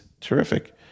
terrific